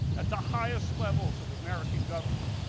at the highest level of american government.